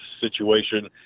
situation